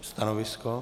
Stanovisko?